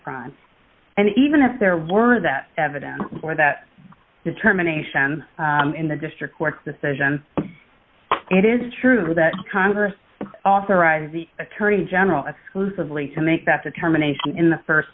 crime and even if there were that evidence or that determination in the district court's decision it is true that congress authorized the attorney general exclusively to make that determination in the